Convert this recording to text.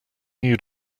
new